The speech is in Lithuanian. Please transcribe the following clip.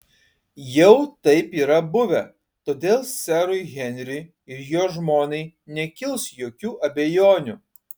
jau taip yra buvę todėl serui henriui ir jo žmonai nekils jokių abejonių